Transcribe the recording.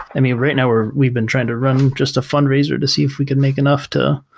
i mean, right now we're we've been trying to run just a fundraiser to see if we could make enough to